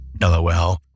LOL